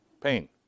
Pain